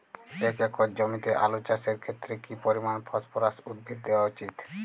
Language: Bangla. এক একর জমিতে আলু চাষের ক্ষেত্রে কি পরিমাণ ফসফরাস উদ্ভিদ দেওয়া উচিৎ?